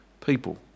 people